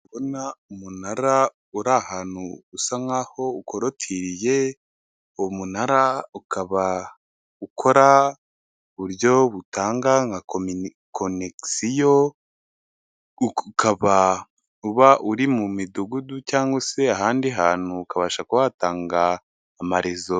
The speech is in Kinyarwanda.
Kubona umunara uri ahantu usa nkaho ukorotiriye, uwo munara ukaba ukora muburyo butanga nka konegisiyo, ukaba uba uri mu midugudu cyangwa se ahandi hantu ukabasha kuhatanga amarezo.